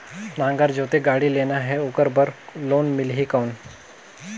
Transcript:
नागर जोते गाड़ी लेना हे ओकर बार लोन मिलही कौन?